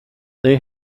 they